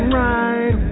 right